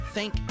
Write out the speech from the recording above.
Thank